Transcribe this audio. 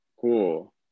Cool